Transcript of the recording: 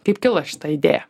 kaip kilo šita idėja